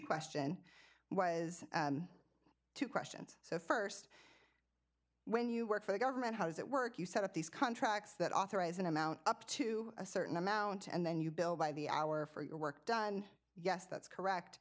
question was two questions so st when you work for a government how does that work you set up these contracts that authorize an amount up to a certain amount and then you bill by the hour for your work done yes that's correct